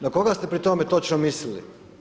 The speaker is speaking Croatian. Na koga ste pri tome točno mislili?